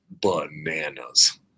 bananas